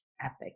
epic